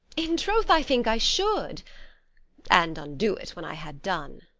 in troth, i think i should and undo't when i had done.